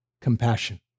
Compassion